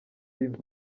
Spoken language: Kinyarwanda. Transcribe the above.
rimwe